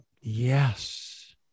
Yes